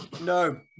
No